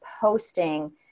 posting